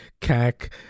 CAC